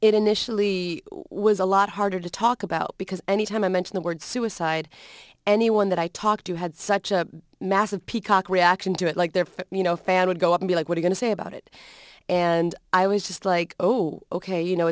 initially was a lot harder to talk about because any time i mention the word suicide anyone that i talked to had such a massive peacock reaction to it like there for you know fan would go up and be like what are going to say about it and i was just like oh ok you know